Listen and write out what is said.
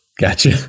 gotcha